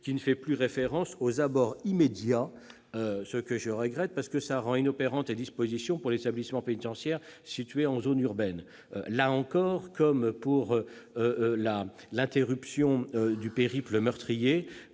ne fasse plus référence aux abords immédiats des établissements, car cela rend inopérantes les dispositions pour les établissements pénitentiaires situés en zone urbaine. Là encore, comme pour l'interruption du périple meurtrier,